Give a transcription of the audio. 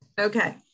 Okay